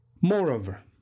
Moreover